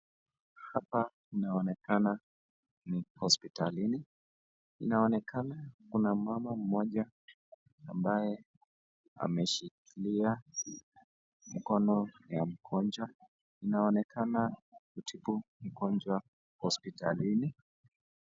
Hapa kunaonekana hospitalini, inaonekana kuna mama mmoja ambaye ameshikilia mkono ya mgonjwa anaonekana kutibu mgonjwa hospitalini.